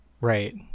Right